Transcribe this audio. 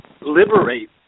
liberate